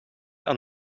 aan